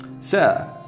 Sir